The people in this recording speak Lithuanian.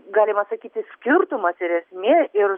galima sakyti skirtumas ir esmė ir